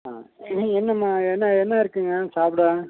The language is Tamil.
ஆ என்ன என்னம்மா என்ன என்ன இருக்குதுங்க சாப்பிட